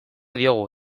diogu